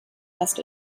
must